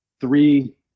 three